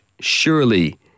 surely